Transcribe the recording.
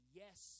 yes